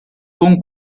con